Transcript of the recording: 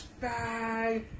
Bye